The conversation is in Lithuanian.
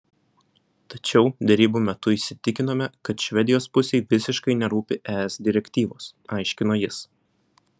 tačiau derybų metu įsitikinome kad švedijos pusei visiškai nerūpi es direktyvos aiškino jis